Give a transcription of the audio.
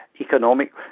economic